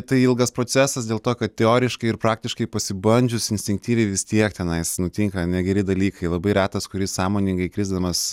tai ilgas procesas dėl to kad teoriškai ir praktiškai pasibandžius instinktyviai vis tiek tenais nutinka negeri dalykai labai retas kuris sąmoningai krisdamas